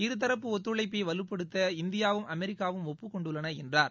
இருதரப்பு ஒத்துழைப்பைவலுப்படுத்த இந்தியாவும் அமெரிக்காவும் ஒப்புக் கொண்டுள்ளனஎன்றார்